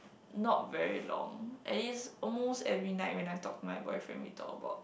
not very long is almost every night when I talk to my boyfriend we talk about